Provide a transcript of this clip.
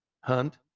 hunt